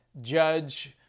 judge